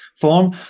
form